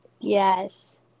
Yes